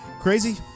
crazy